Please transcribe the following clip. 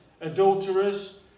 adulterers